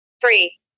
three